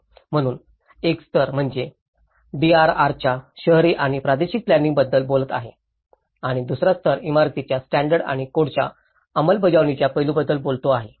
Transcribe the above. म्हणूनच एक स्तर म्हणजे डीआरआरच्या शहरी आणि प्रादेशिक प्लॅनिंइंग बद्दल बोलत आहे आणि दुसरा स्तर इमारतीच्या स्टॅण्डर्ड आणि कोडच्या अंमलबजावणीच्या पैलूंबद्दल बोलतो आहे